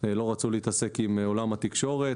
לא רצו להתעסק עם עולם התקשורת,